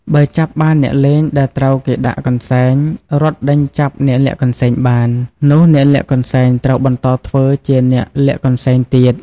បើចាប់បានអ្នកលេងដែលត្រូវគេដាក់កន្សែង រត់ដេញចាប់អ្នកលាក់កន្សែងបាន នោះអ្នកលាក់កន្សែងត្រូវបន្តធ្វើជាអ្នកលាក់កន្សែងទៀត ។